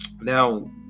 Now